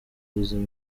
buzima